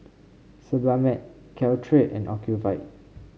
Sebamed Caltrate and Ocuvite